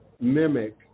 mimic